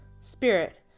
spirit